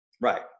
right